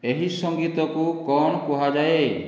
ଏହି ସଙ୍ଗୀତକୁ କ'ଣ କୁହାଯାଏ